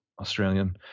Australian